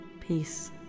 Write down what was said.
peace